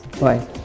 Bye